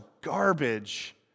garbage